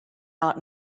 out